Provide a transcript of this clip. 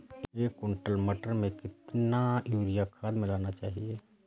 एक कुंटल मटर में कितना यूरिया खाद मिलाना चाहिए?